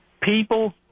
People